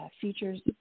features